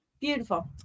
beautiful